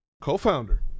Co-founder